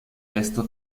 esto